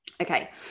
okay